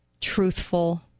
truthful